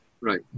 Right